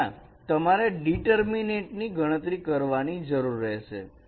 અને ત્યાં તમારે ડીટર્મિનેટ ની ગણતરી કરવાની જરૂર રહેશે